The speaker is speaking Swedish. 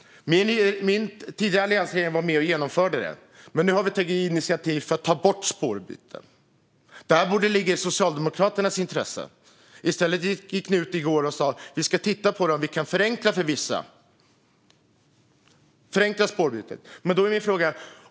Alliansregeringen genomförde detta, men nu har vi tagit initiativ till att ta bort spårbytet. Detta borde ligga i Socialdemokraternas intresse. I stället gick de i går ut och sa att de ska titta på om de kan förenkla spårbytet för vissa.